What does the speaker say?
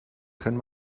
können